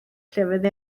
llefydd